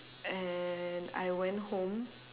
and I went home